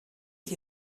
die